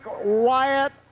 Wyatt